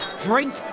Drink